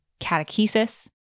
catechesis